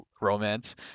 romance